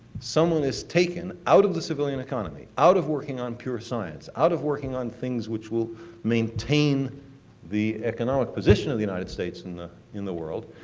someone is taken out of the civilian economy, out of working on pure science, out of working on things which would maintain the economic position of the united states in the in the world,